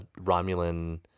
Romulan